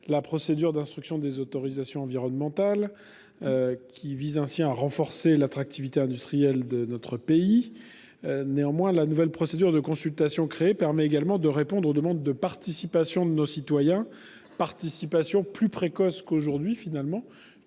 la procédure d'instruction des autorisations environnementales. Il cherche ainsi à renforcer l'attractivité industrielle de notre pays. La nouvelle procédure de consultation permet également de répondre aux demandes de participation de nos concitoyens. Organisée plus tôt qu'aujourd'hui, cette